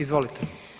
Izvolite.